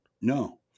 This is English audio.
No